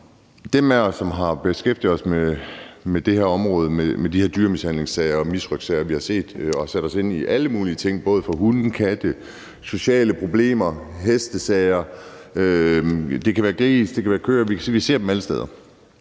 af os, der har beskæftiget sig med det her område og de her dyremishandlingssager og misrøgtssager, vi har set og sat os ind i – alle mulige ting, både med hunde, katte, sociale problemer, hestesager, og det kan være grise, det kan være køer; vi ser dem alle steder